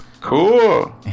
Cool